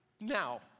now